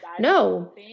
No